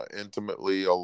intimately